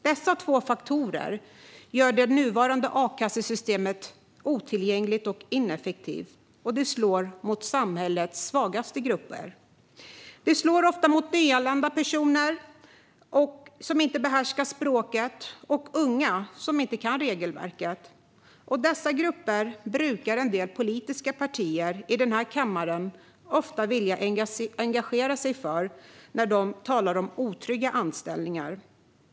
Dessa två faktorer gör det nuvarande a-kassesystemet otillgängligt och ineffektivt, och det slår mot samhällets svagaste grupper. Det slår ofta mot nyanlända personer, som inte behärskar språket, och mot unga, som inte kan regelverket. Dessa grupper brukar en del politiska partier i den här kammaren vilja engagera sig för när de talar om otrygga anställningar.